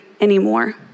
anymore